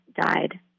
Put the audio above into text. died